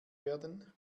werden